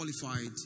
qualified